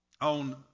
on